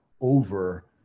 over